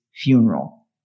funeral